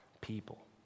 people